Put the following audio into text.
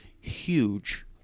huge